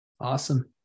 Awesome